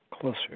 closer